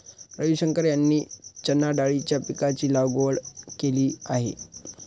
रविशंकर यांनी चणाडाळीच्या पीकाची लागवड केली आहे